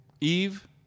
eve